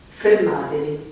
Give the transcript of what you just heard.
fermatevi